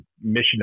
mission